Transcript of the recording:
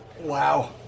Wow